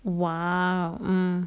!wow! mm